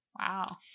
Wow